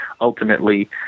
ultimately